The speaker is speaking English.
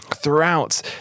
Throughout